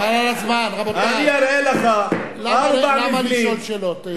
חבל על הזמן, רבותי, למה לשאול שאלות?